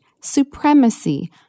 supremacy